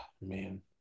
man